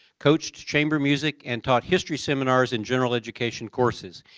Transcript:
coached chamber music and taught history seminars and general education courses.